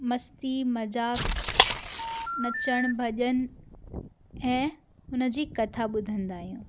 मस्ती मज़ाक नचणु भॼणु ऐं हुन जी कथा ॿुधंदा आहियूं